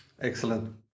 Excellent